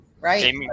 Right